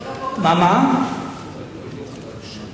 אתה בקואליציית השם.